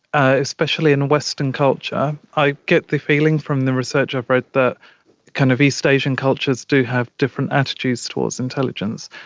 especially in western culture. i get the feeling from the research i've read that kind of east asian cultures do have different attitudes towards intelligence.